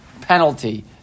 penalty